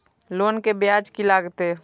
Loan के ब्याज की लागते?